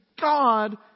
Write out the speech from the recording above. God